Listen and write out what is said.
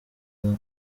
abaza